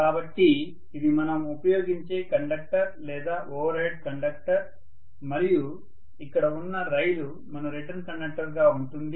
కాబట్టి ఇది మనం ఉపయోగించే కండక్టర్ లేదా ఓవర్ హెడ్ కండక్టర్ మరియు ఇక్కడ ఉన్న రైలు మన రిటర్న్ కండక్టర్గా ఉంటుంది